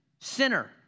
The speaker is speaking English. sinner